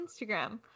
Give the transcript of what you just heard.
Instagram